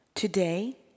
Today